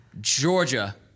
Georgia